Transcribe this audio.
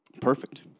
Perfect